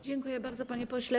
Dziękuję bardzo, panie pośle.